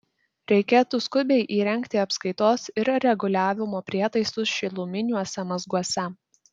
reikėtų skubiai įrengti apskaitos ir reguliavimo prietaisus šiluminiuose mazguose